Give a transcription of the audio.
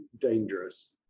dangerous